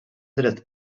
dret